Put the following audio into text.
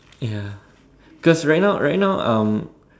ya cause right now right now um